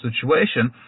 situation